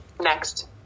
Next